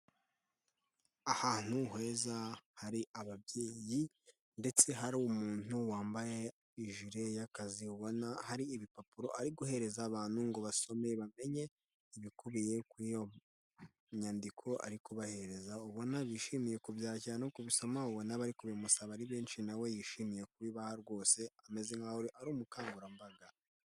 Ahantu heza hari ababyeyi, ndetse hari umuntu wambaye ijire y'akazi ubona hari ibipapuro ari guhereza abantu, ngo basome bamenye ibikubiye kuri iyo nyandiko, ari kubahereza, ubona bishimiye kubyakira no kubisoma, ubona bari kubimusaba ari benshi, na we yishimiye kubibaha rwose, ameze nkaho ari umukangurambaga.